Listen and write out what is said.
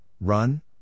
run